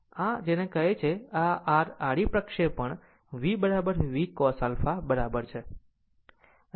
આમ આ બાજુ r જેને આ કહે છે તે આ r આડી પ્રક્ષેપણ V VCos α બરાબર છે